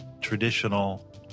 traditional